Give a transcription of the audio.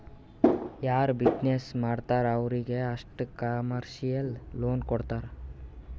ಯಾರು ಬಿಸಿನ್ನೆಸ್ ಮಾಡ್ತಾರ್ ಅವ್ರಿಗ ಅಷ್ಟೇ ಕಮರ್ಶಿಯಲ್ ಲೋನ್ ಕೊಡ್ತಾರ್